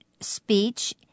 speech